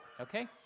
okay